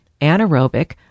anaerobic